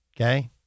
Okay